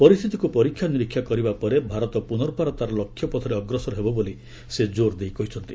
ପରିସ୍ଥିତିକୁ ପରୀକ୍ଷା ନିରୀକ୍ଷା କରିବା ପରେ ଭାରତ ପ୍ରନର୍ବାର ତା'ର ଲକ୍ଷ୍ୟପଥରେ ଅଗ୍ରସର ହେବ ବୋଲି ସେ ଜୋର୍ ଦେଇ କହିଛନ୍ତି